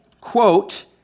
quote